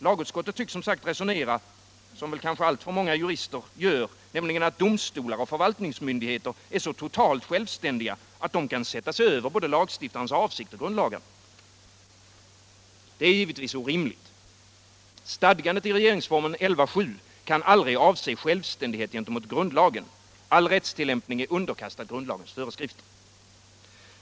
Lagutskottet tycks som sagt resonera som kanske alltför många jurister gör, nämligen att domstolar och förvaltningsmyndigheter är så totalt självständiga att de kan sätta sig över både lagstiftarens avsikt och grundlagarna. Det är givetvis orimligt. Stadgandet i regeringsformen 11:7 kan aldrig avse självständighet gentemot grundlagen. All rättstillämpning är underkastad grundlagens föreskrifter.